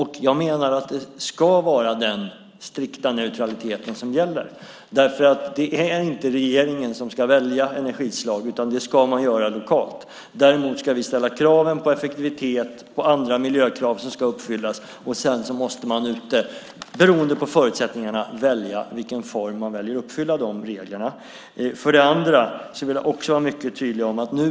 Jag menar att det ska vara den strikta neutraliteten som gäller. Det är nämligen inte regeringen som ska välja energislag, utan det ska man göra lokalt. Däremot ska vi ställa krav på effektivitet och när det gäller miljö som ska uppfyllas. Sedan måste man ute, beroende på förutsättningarna, välja i vilken form man vill uppfylla de reglerna. Jag vill också vara mycket tydlig med en annan sak.